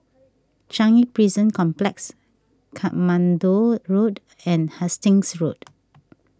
Changi Prison Complex Katmandu Road and Hastings Road